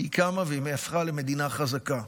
והיא קמה ונהפכה למדינה חזקה.